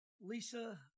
Lisa